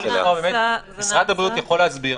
משרד הבריאות יכול להסביר.